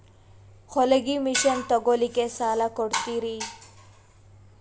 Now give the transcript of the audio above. ಹೊಲಗಿ ಮಷಿನ್ ತೊಗೊಲಿಕ್ಕ ಸಾಲಾ ಕೊಡ್ತಿರಿ?